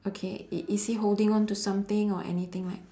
okay i~ is he holding on to something or anything like